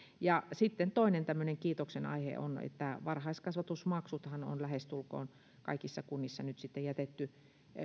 sitten toinen tämmöinen kiitoksenaihe on että varhaiskasvatusmaksuthan on lähestulkoon kaikissa kunnissa nyt sitten jätetty